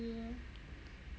me